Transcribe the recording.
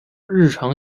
日常